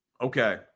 Okay